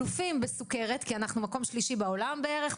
אלופים בסוכרת כי אנחנו מקום שלישי בעולם בערך,